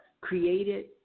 created